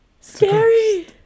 scary